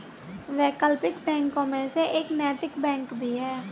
वैकल्पिक बैंकों में से एक नैतिक बैंक भी है